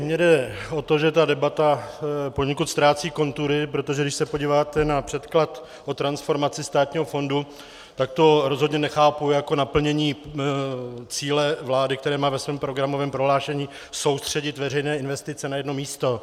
Mně jde o to, že ta debata poněkud ztrácí kontury, protože když se podíváte na předklad o transformaci státního fondu, tak to rozhodně nechápu jako naplnění cíle vlády, která má ve svém programovém prohlášení soustředit veřejné investice na jedno místo.